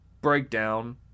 breakdown